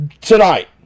tonight